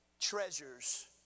treasures